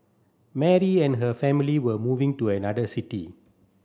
Mary and her family were moving to another city